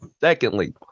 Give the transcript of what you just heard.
Secondly